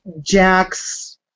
Jacks